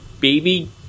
baby